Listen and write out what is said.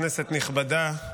כנסת נכבדה,